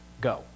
go